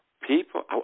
People